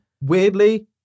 Weirdly